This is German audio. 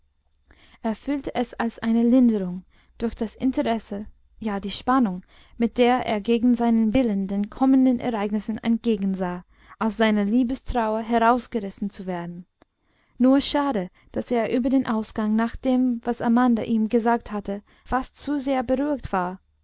er fühlte es als eine linderung durch das interesse ja die spannung mit der er gegen seinen willen den kommenden ereignissen entgegensah aus seiner liebestrauer herausgerissen zu werden nur schade daß er über den ausgang nach dem was amanda ihm gesagt hatte fast zu sehr beruhigt war